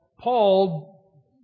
Paul